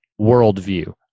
worldview